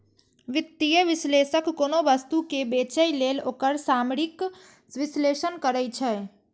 वित्तीय विश्लेषक कोनो वस्तु कें बेचय लेल ओकर सामरिक विश्लेषण करै छै